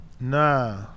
Nah